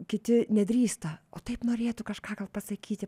kiti nedrįsta o taip norėtų kažką pasakyti